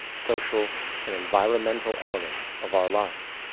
social and environmental elements of our lives?